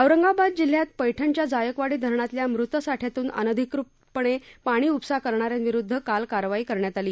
औरंगाबाद जिल्ह्यात पैठणच्या जायकवाडी धरणातल्या मुत साठ्यातून अनधिकृतपणे पाणी उपसा करणाऱ्यांविरूद्ध काल कारवाई करण्यात आली